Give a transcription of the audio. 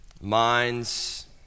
minds